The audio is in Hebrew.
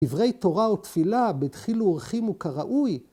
דברי תורה ותפילה, בדחילו ורחימו כראוי.